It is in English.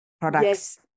products